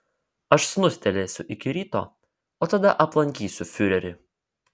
aš snustelėsiu iki ryto o tada aplankysiu fiurerį